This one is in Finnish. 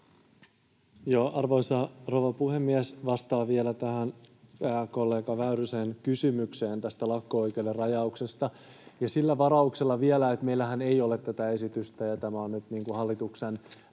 Arvoisa rouva puhemies! Joo, vastaan vielä tähän kollega Väyrysen kysymykseen tästä lakko-oikeuden rajauksesta — ja sillä varauksella vielä, että meillähän ei ole tätä esitystä ja tämä on nyt hallituksen